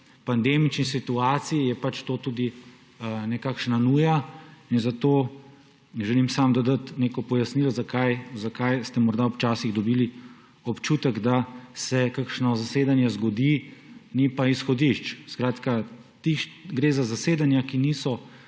pandemični situaciji, je pač to tudi nekakšna nuja. Zato želim dodati neko pojasnilo, zakaj ste morda včasih dobili občutek, da se kakšno zasedanje zgodi, ni pa izhodišč. Skratka, gre za zasedanja, ki niso